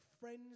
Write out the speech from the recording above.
friends